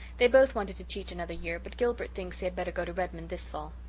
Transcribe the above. they both wanted to teach another year but gilbert thinks they had better go to redmond this fall.